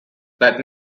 that